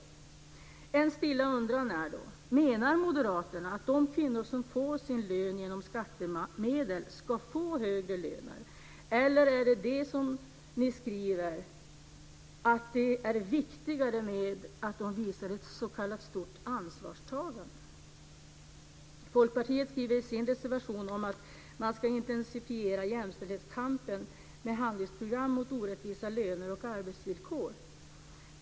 Min stilla undran är: Menar moderaterna att de kvinnor som får sin lön genom skattemedel ska få högre löner, eller är det, som ni skriver, viktigare att de visar ett s.k. stort ansvarstagande? Folkpartiet skriver i sin reservation att man ska intensifiera jämställdhetskampen med handlingsprogram mot orättvisa löner och arbetsvillkor.